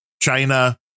China